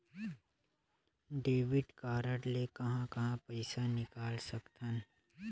Debit card ले कहां कहां पइसा निकाल सकथन?